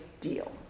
deal